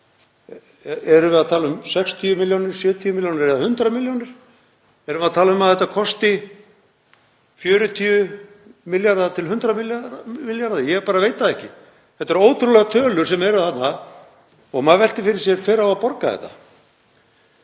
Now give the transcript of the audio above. Erum við að tala um 60 milljónir, 70 milljónir eða 100 milljónir? Erum við að tala um að þetta kosti 40 milljarða til 100 milljarða? Ég veit það ekki. Þetta eru ótrúlegar tölur sem eru þarna og maður veltir því fyrir sér hver eigi að borga þetta.